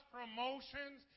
promotions